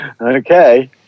okay